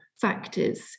factors